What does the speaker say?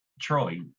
Troy